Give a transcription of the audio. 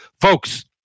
Folks